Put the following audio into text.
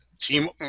team